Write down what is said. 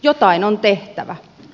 jotain on tehtävä